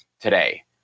today